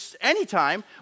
anytime